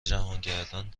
جهانگردان